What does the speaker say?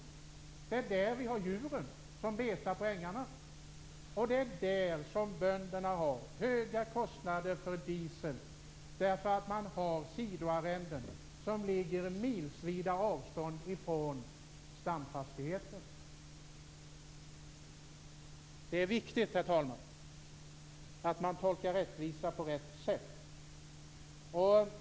Det är där vi har djuren som betar på ängarna. Och det är där som bönderna har höga kostnader för diesel för att man har sidoarrenden som ligger på milsvida avstånd från stamfastigheten. Det är viktigt, herr talman, att man tolkar rättvisa på rätt sätt.